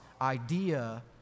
idea